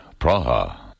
Praha